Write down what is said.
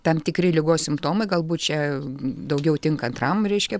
tam tikri ligos simptomai galbūt čia daugiau tinka antram reiškia